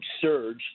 surge